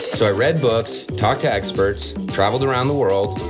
so i read books, talked to experts, travelled around the world,